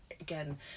again